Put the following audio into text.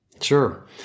Sure